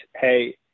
hey